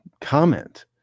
comment